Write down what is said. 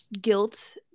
guilt